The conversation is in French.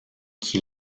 qui